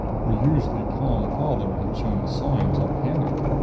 her usually calm father had shown signs of panic.